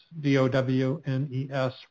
D-O-W-N-E-S